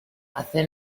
hace